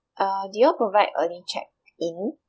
uh do you all provide early check in